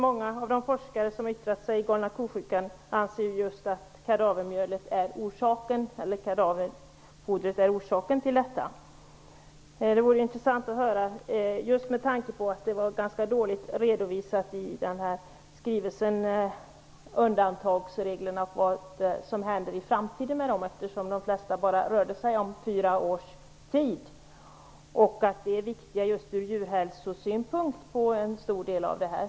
Många forskare som har yttrat sig om "galna ko-sjukan" anser att kadaverfodret är orsaken till detta. Det vore med tanke på att detta var ganska dåligt redovisat i skrivelsen intressant att få höra vad som i framtiden händer med undantagsreglerna. De flesta av dem gäller bara i fyra år. De är viktiga bl.a. ur djurhälsosynpunkt i detta sammanhang.